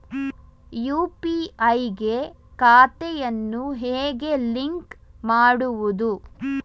UPI ಗೆ ಖಾತೆಯನ್ನು ಹೇಗೆ ಲಿಂಕ್ ಮಾಡುವುದು?